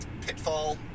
Pitfall